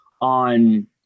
on –